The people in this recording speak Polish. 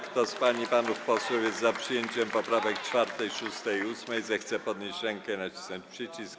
Kto z pań i panów posłów jest za przyjęciem poprawek 4., 6. i 8., zechce podnieść rękę i nacisnąć przycisk.